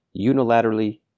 unilaterally